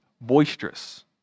boisterous